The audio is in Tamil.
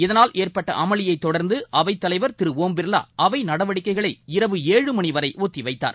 இதனால் ஏற்பட்ட அமளியை தொடர்ந்து அவைத்தலைவர் திரு ஓம் பிர்லா அவை நடவடிக்கைகளை இரவு ஏழு மணி வரை ஓத்தி வைத்தார்